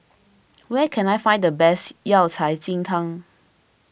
where can I find the best Yao Cai Ji Tang